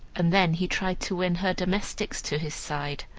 and then he tried to win her domestics to his side.